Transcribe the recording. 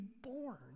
born